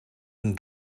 een